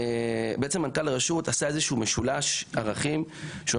מנכ"ל הרשות עשה משולש ערכים כשהוא